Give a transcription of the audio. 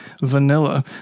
vanilla